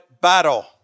battle